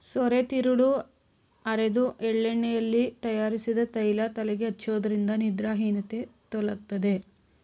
ಸೋರೆತಿರುಳು ಅರೆದು ಎಳ್ಳೆಣ್ಣೆಯಲ್ಲಿ ತಯಾರಿಸಿದ ತೈಲ ತಲೆಗೆ ಹಚ್ಚೋದ್ರಿಂದ ನಿದ್ರಾಹೀನತೆ ತೊಲಗ್ತದೆ